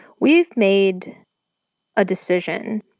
we've made a decision